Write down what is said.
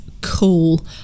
Cool